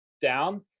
down